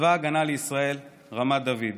צבא ההגנה לישראל, רמת דוד.